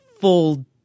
full